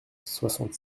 soixante